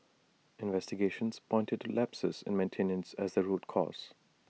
investigations pointed to lapses in maintenance as the root cause